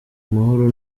amahoro